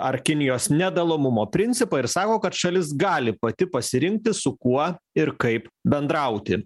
ar kinijos nedalomumo principą ir sako kad šalis gali pati pasirinkti su kuo ir kaip bendrauti